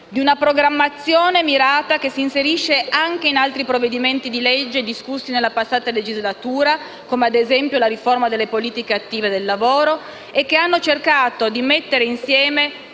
di una programmazione mirata che si inserisce anche in altri provvedimenti discussi nella passata legislatura (come, ad esempio, la riforma delle politiche attive del lavoro), che hanno cercato di mettere insieme